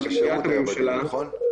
יש תהליך של למידה שמתקיים לאורך כל הדרך.